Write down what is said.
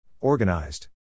Organized